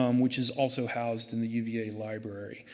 um which is also housed in the uva library.